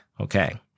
Okay